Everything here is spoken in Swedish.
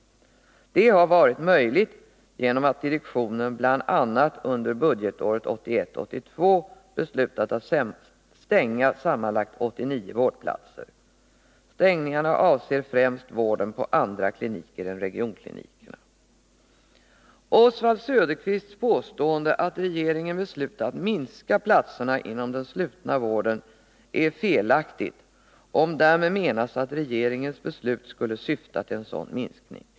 Detta har varit möjligt genom att direktionen bl.a. under budgetåret 1981/82 beslutat att stänga sammanlagt 89 vårdplatser. Stängningarna avser främst vården på andra kliniker än Oswald Söderqvists påstående att regeringen beslutat minska antalet platser inom den slutna vården är felaktigt, om därmed menas att regeringens beslut skulle syfta till en sådan minskning.